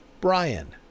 Brian